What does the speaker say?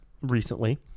recently